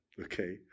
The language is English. Okay